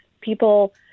people